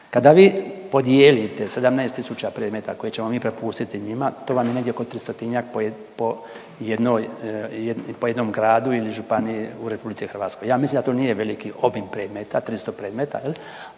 Kada vi podijelite 17 tisuća predmeta koje ćemo mi prepustiti njima to vam je negdje oko 300-tinjak po jednoj, po jednom gradu ili županiji u RH. Ja mislim da to nije veliki obim predmeta 300 predmeta